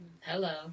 Hello